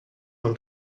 mam